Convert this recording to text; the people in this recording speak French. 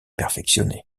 perfectionné